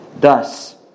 Thus